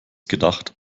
gedacht